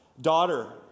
Daughter